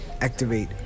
activate